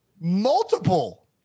Multiple